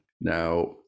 Now